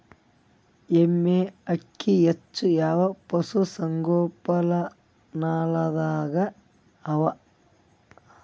ಎಮ್ಮೆ ಅಕ್ಕಿ ಹೆಚ್ಚು ಯಾವ ಪಶುಸಂಗೋಪನಾಲಯದಾಗ ಅವಾ?